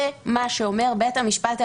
זה מה שאומר בית המשפט העליון.